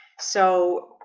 so